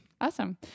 Awesome